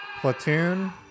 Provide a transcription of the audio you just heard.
Platoon